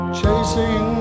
chasing